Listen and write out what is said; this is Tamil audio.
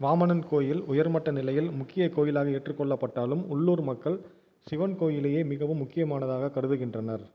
வாமனன் கோயில் உயர்மட்ட நிலையில் முக்கிய கோயிலாக ஏற்றுக்கொள்ளப்பட்டாலும் உள்ளூர் மக்கள் சிவன் கோயிலையே மிகவும் முக்கியமானதாக கருதுகின்றனர்